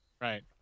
right